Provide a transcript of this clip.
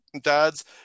dads